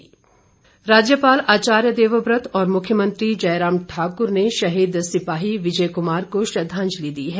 श्रद्वांजलि राज्यपाल आचार्य देवव्रत और मुख्यमंत्री जयराम ठाकुर शहीद सिपाही विजय कुमार को श्रद्वांजलि दी है